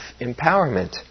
empowerment